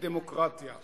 לדמוקרטיה";